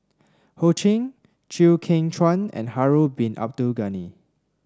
Ho Ching Chew Kheng Chuan and Harun Bin Abdul Ghani